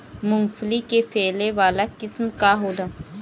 मूँगफली के फैले वाला किस्म का होला?